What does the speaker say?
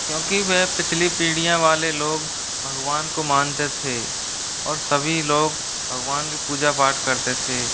क्योंकि वह पिछली पीढ़ियाँ वाले लोग भगवान को मानते थे और सभी लोग भगवान की पूजा पाठ करते थे